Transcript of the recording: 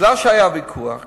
מכיוון שהיה ויכוח גדול,